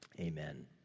amen